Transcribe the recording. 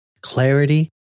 Clarity